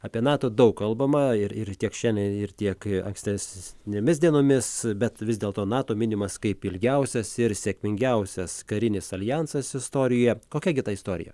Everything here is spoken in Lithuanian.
apie nato daug kalbama ir ir tiek šiandien ir tiek ankstesnėmis dienomis bet vis dėlto nato minimas kaip ilgiausias ir sėkmingiausias karinis aljansas istorijoje kokia gi ta istorija